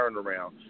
turnaround